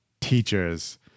teachers